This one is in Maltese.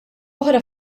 oħra